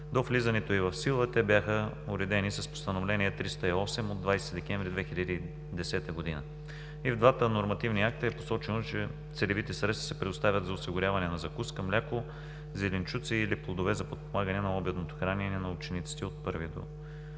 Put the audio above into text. До влизането й в сила те бяха уредени с Постановление 308 от 20 декември 2010 г. И в двата нормативни акта е посочено, че целевите средства се предоставят за осигуряване на закуска, мляко, зеленчуци или плодове за подпомагане на обедното хранене на учениците от първи